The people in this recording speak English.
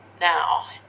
now